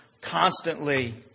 constantly